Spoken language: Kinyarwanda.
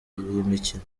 mikino